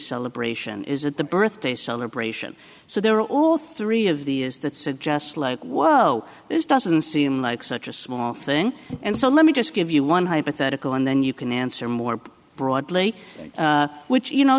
celebration is it the birthday celebration so they're all three of the is that suggests like whoa this doesn't seem like such a small thing and so let me just give you one hypothetical and then you can answer more broadly which you know